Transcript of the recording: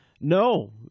No